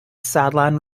sideline